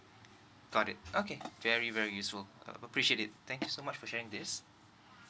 got it okay very very useful appreciate it thank you so much for sharing this